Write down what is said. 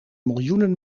miljoenen